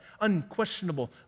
unquestionable